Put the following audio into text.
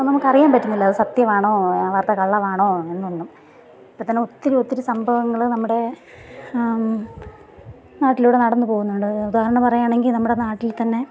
അത് നമുക്ക് അറിയാൻ പറ്റുന്നില്ല അത് സത്യമാണോ വാർത്ത കള്ളമാണോ എന്നൊന്നും ഇപ്പോൾ തന്നെ ഒത്തിരിയൊത്തിരി സംഭവങ്ങൾ നമ്മുടെ നാട്ടിലൂടെ നടന്നുപോകുന്നുണ്ട് ഉദാഹരണം പറയുവാണെങ്കിൽ നമ്മുടെ നാട്ടിൽ തന്നെ